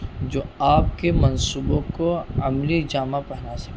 جو آپ کے منصوبوں کو عملی جامع پہنا سکے